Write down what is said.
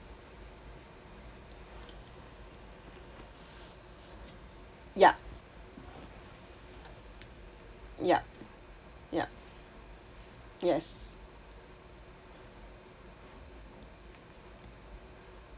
yup yup yup yes